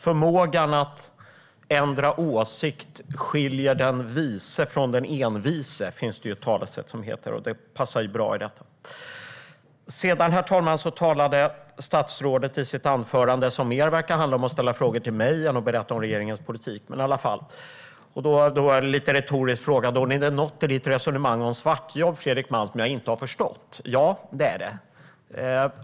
Förmågan att ändra åsikt skiljer den vise från den envise, finns det ett talesätt som lyder. Det passar bra här. Herr talman! I statsrådets anförande, som verkade handla mer om att ställa frågor till mig än om att berätta om regeringens politik, frågade hon lite retoriskt om det var något i mitt resonemang om svartjobb som hon inte hade förstått. Ja, det är det.